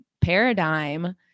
paradigm